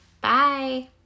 Bye